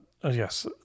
yes